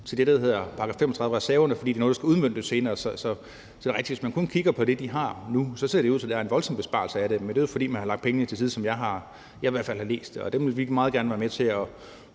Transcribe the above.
til det, der hedder § 35, altså reserverne, fordi det er noget, der skal udmøntes senere. Så det er rigtigt, at hvis man kun kigger på det, de har nu, ser det ud til, at der er en voldsom besparelse af det, men det er jo, fordi man har lagt penge til side, som jeg i hvert fald har læst det, og dem vil vi meget gerne være med til